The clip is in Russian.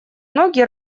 ноги